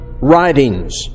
writings